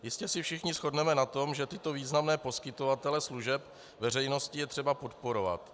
Jistě se všichni shodneme na tom, že tyto významné poskytovatele služeb veřejnosti je třeba podporovat.